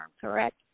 correct